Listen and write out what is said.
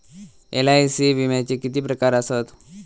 LIC विम्याचे किती प्रकार आसत?